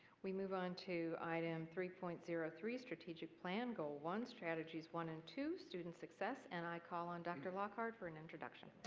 we move on to item three point zero three, strategic plan, goal one, strategies one and two, student success. and i call on dr. lockard for an introduction.